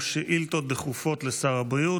שאילתות דחופות לשר הבריאות.